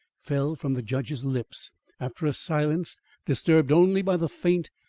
fell from the judge's lips after a silence disturbed only by the faint,